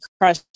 crush